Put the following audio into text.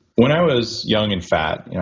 when i was young and fat